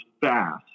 fast